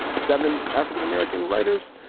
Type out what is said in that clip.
seven african-american writers,